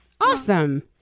Awesome